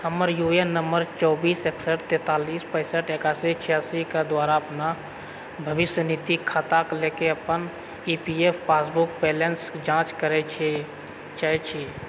हमर U A N number चौबीस एकसठि तैतालीस पैंसठि एकासी छियासी कऽ द्वारा अपना भविष्य निधि खाताक लएके अपन E P F passbook balance जांँच करए चाहैत छी